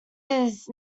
his